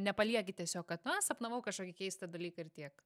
nepalieki tiesiog kad va sapnavau kažkokį keistą dalyką ir tiek